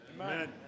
Amen